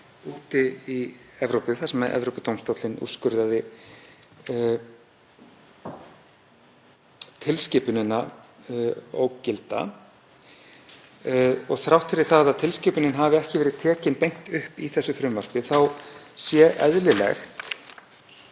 úti í Evrópu þar sem Evrópudómstóllinn úrskurðaði tilskipunina ógilda og þrátt fyrir að tilskipunin hafi ekki verið tekin beint upp í þessu frumvarpi þá sé eðlilegt,